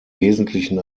wesentlichen